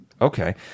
Okay